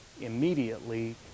immediately